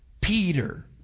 Peter